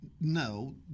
No